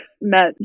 met